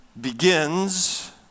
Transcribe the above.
begins